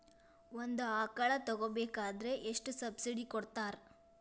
ಒಂದು ಆಕಳ ತಗೋಬೇಕಾದ್ರೆ ಎಷ್ಟು ಸಬ್ಸಿಡಿ ಕೊಡ್ತಾರ್?